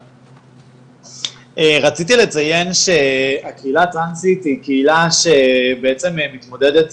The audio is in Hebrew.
רציתי לציין שהקהילה הטרנסית היא קהילה שבעצם מתמודדת